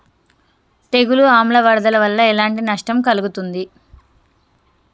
తెగులు ఆమ్ల వరదల వల్ల ఎలాంటి నష్టం కలుగుతది?